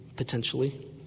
potentially